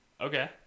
Okay